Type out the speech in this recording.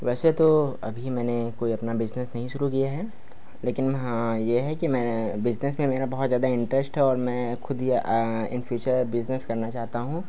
वैसे तो अभी मैंने कोई अपना बिज़नेस नहीं शुरू किया है लेकिन हाँ यह है कि मैं बिज़नेस में मेरा बहुत ज़्यादा इंट्रश्ट है और मैं खुद या इन फ़्यूचर बिज़नेस करना चाहता हूँ